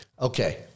Okay